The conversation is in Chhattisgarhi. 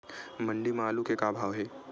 मंडी म आलू के का भाव हे?